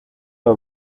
aba